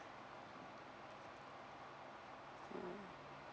mm